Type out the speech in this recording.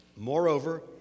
Moreover